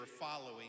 following